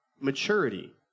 maturity